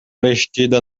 vestida